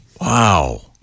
Wow